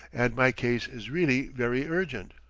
and my case is really very urgent.